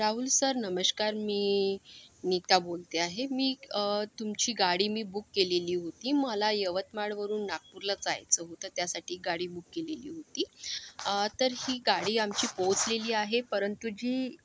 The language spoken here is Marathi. राहुल सर नमस्कार मी नीता बोलते आहे मी तुमची गाडी मी बुक केलेली होती मला यवतमाळवरून नागपूरला जायचं होतं त्यासाठी गाडी बुक केलेली होती तर ही गाडी आमची पोचलेली आहे परंतु जी